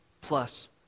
plus